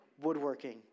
Woodworking